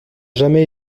jamais